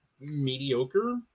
mediocre